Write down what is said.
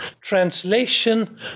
translation